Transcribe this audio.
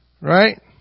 Right